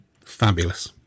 Fabulous